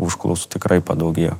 užklausų tikrai padaugėjo